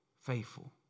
Faithful